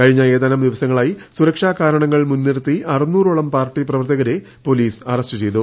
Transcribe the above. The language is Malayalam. കഴിഞ്ഞ ഏതാനും ദിവസങ്ങളായി സുരക്ഷാ കാരണങ്ങൾ മുൻനിർത്തി അറുന്നൂറോളം പാർട്ടി പ്രവർത്തകരെ പൊലീസ് അറസ്റ്റ് ചെയ്തു